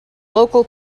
local